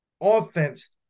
offense